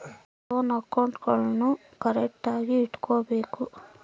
loan ಅಕೌಂಟ್ಗುಳ್ನೂ ಕರೆಕ್ಟ್ಆಗಿ ಇಟಗಬೇಕು